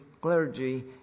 clergy